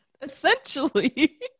Essentially